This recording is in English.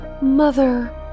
Mother